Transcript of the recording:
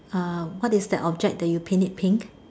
uh what is that object that you paint it pink